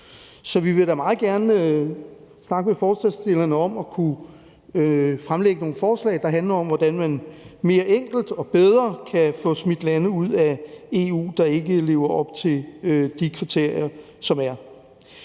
Så vi vil da meget gerne snakke med forslagsstillerne om at fremlægge nogle forslag, der handler om, hvordan man mere enkelt og bedre kan få smidt lande ud af EU, der ikke lever op til de kriterier, som der